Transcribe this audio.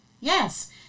Yes